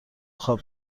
خواب